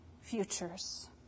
futures